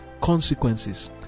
consequences